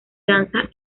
danza